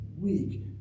week